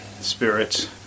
spirits